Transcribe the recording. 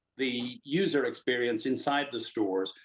the user experience inside the stores.